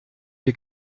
wir